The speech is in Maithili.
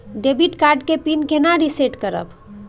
डेबिट कार्ड के पिन केना रिसेट करब?